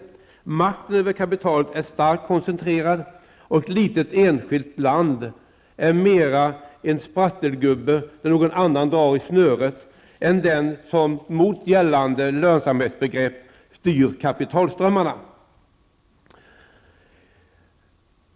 Makten över kapitalet är starkt koncentrerad, och ett litet land är mera en sprattelgubbe, där någon annan drar i snöret, än den som mot gällande lönsamhetsbegrepp kan styra kapitalströmmarna.